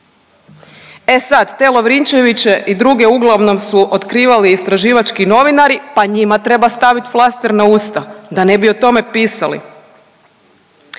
E sad te Lovrinčeviće i druge uglavnom su otkrivali istraživački novinari pa njima treba staviti flaster na usta da ne bi o tome pisali.